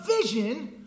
vision